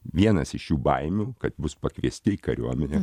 vienas iš jų baimių kad bus pakviesti į kariuomenę